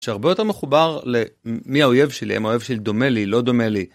שהרבה יותר מחובר למי האויב שלי, אם האויב שלי דומה לי, לא דומה לי.